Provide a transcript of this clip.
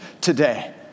today